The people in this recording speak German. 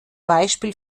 beispiel